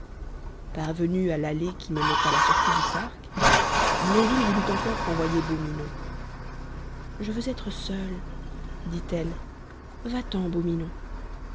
parvenue à l'allée qui menait à la sortie du parc blondine voulut encore renvoyer beau minon je veux être seule dit-elle